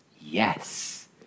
yes